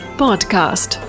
podcast